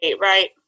right